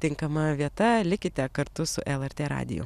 tinkama vieta likite kartu su lrt radiju